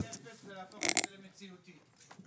--- להפוך את זה למציאותי.